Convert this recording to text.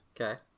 Okay